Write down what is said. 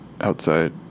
outside